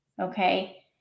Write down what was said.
okay